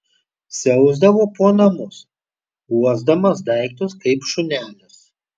siausdavo po namus uosdamas daiktus kaip šunelis